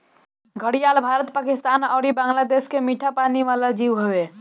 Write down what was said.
घड़ियाल भारत, पाकिस्तान अउरी बांग्लादेश के मीठा पानी वाला जीव हवे